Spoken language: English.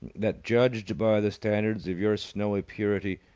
that judged by the standards of your snowy purity,